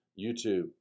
YouTube